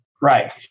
Right